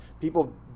People